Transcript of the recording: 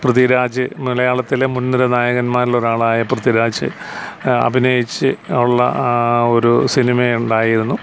പൃഥിരാജ് മലയാളത്തിലെ മുൻനിര നായകൻമാരിലൊരാളായ പൃഥ്വിരാജ് അഭിനയിച്ചിട്ടുള്ള ഒരു സിനിമയുണ്ടായിരുന്നു